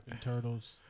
turtles